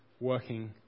working